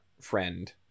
friend